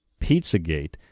Pizzagate